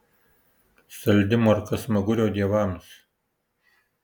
saldi morka smagurio dievams